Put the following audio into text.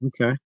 Okay